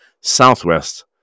Southwest